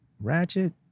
Ratchet